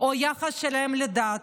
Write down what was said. או היחס שלהם לדת.